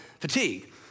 fatigue